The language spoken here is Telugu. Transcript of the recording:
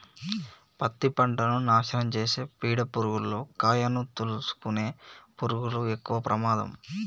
పత్తి పంటను నాశనం చేసే పీడ పురుగుల్లో కాయను తోలుసుకునే పురుగులు ఎక్కవ ప్రమాదం